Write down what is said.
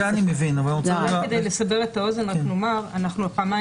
רק לסבר את האוזן, פעם,